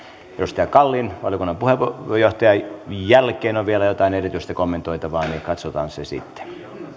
edustaja kallin valiokunnan puheenjohtajan jälkeen on vielä jotain erityistä kommentoitavaa niin katsotaan sitä sitten